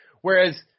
whereas